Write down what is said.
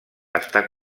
està